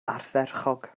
ardderchog